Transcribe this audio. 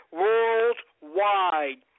worldwide